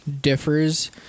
differs